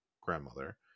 grandmother